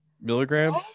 milligrams